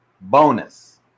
bonus